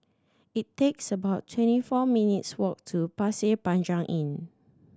it takes about twenty four minutes walk to Pasir Panjang Inn